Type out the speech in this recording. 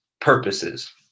Purposes